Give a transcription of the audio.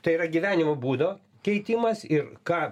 tai yra gyvenimo būdo keitimas ir ką